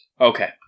okay